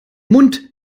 mund